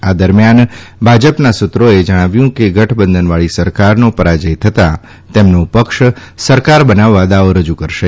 આ દરમ્યાન ભાજપના સુત્રોએ જણાવ્યું કે ગઠબંધનવાળી સરકારનો પરાજય થતાં તેમનો પક્ષ સરકાર બનાવવા દાવો રજુ કરશે